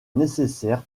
nécessaire